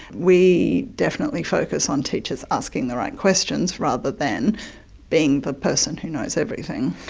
we definitely focus on teachers asking the right questions rather than being the person who knows everything.